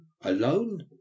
alone